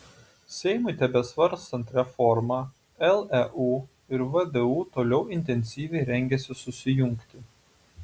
seimui tebesvarstant reformą leu ir vdu toliau intensyviai rengiasi susijungti